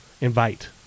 invite